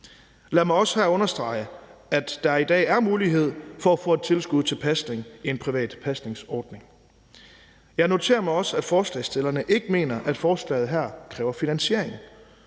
Lad mig også her understrege, at der i dag er mulighed for at få et tilskud til pasning i en private pasningsordning. Jeg noterer mig også, at forslagsstillerne ikke mener, at forslaget her kræver finansiering.